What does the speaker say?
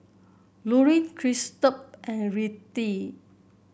Lorin Christop and Rettie